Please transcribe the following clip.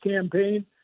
campaign